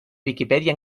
viquipèdia